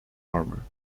armour